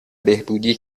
بهبودی